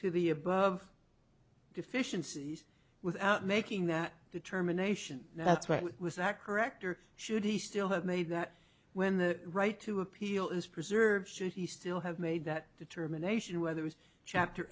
to the above deficiencies without making that determination that's why it was that correct or should he still have made that when the right to appeal is preserved should he still have made that determination whether it's chapter